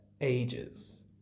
ages